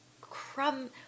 crumb